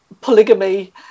polygamy